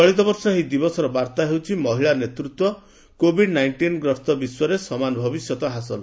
ଚଳିତବର୍ଷ ଏହି ଦିବସର ବାର୍ତ୍ତା ହେଉଛି ମହିଳା ନେତୃତ୍ୱ କୋଭିଡ ନାଇଷ୍ଟିନ୍ ଗ୍ରସ୍ତ ବିଶ୍ୱରେ ସମାନ ଭବିଷ୍ୟତ ହାସଲ